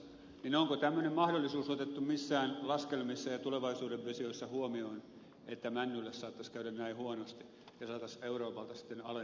onko tämmöinen mahdollisuus otettu missään laskelmissa ja tulevaisuuden visioissa huomioon että männylle saattaisi käydä näin huonosti ja saataisiin euroopalta sitten alennusta tätä kautta